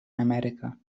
america